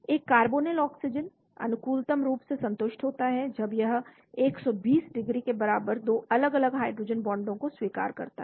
एक carbonyl oxygen अनुकूलतम रूप से संतुष्ट होता है जब यह 120 डिग्री के बराबर 2 अलग अलग हाइड्रोजन बांडों को स्वीकार करता है